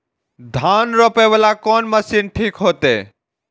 धान रोपे वाला कोन मशीन ठीक होते?